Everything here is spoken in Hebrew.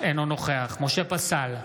אינו נוכח משה פסל,